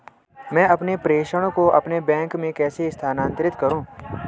मैं अपने प्रेषण को अपने बैंक में कैसे स्थानांतरित करूँ?